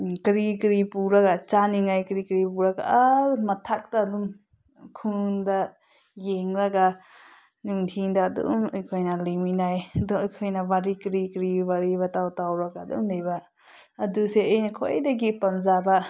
ꯀꯔꯤ ꯀꯔꯤ ꯄꯨꯔꯒ ꯆꯥꯅꯤꯡꯉꯥꯏ ꯀꯔꯤ ꯀꯔꯤ ꯄꯨꯔꯒ ꯑꯥ ꯃꯊꯛꯇ ꯑꯗꯨꯝ ꯈꯨꯟꯗ ꯌꯦꯡꯂꯒ ꯅꯨꯡꯗꯤꯟꯗ ꯑꯗꯨꯝ ꯑꯩꯈꯣꯏꯅ ꯂꯩꯃꯤꯟꯅꯩ ꯑꯗꯨ ꯑꯩꯈꯣꯏꯅ ꯋꯥꯔꯤ ꯀꯔꯤ ꯀꯔꯤ ꯋꯥꯔꯤ ꯋꯥꯇꯥꯏ ꯇꯧꯔꯒ ꯑꯗꯨꯝ ꯂꯩꯕ ꯑꯗꯨꯁꯦ ꯑꯩꯅ ꯈ꯭ꯋꯥꯏꯗꯒꯤ ꯄꯥꯝꯖꯕ